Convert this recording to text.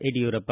Yediyurappa